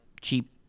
cheap